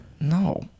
No